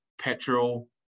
petrol